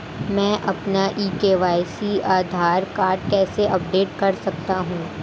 मैं अपना e KYC Aadhaar card कैसे अपडेट कर सकता हूँ?